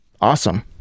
awesome